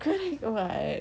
correct [what]